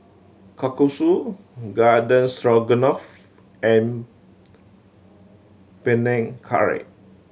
Kalguksu Garden Stroganoff and Panang Curry